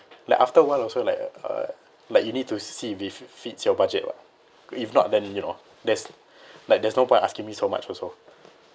like after a while also like uh like you need to see if it fits your budget what if not then you know there's like there's no point asking me so much also